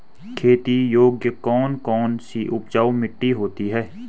खेती योग्य कौन कौन सी उपजाऊ मिट्टी होती है?